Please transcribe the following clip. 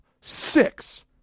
six